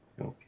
Okay